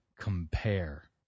compare